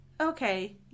okay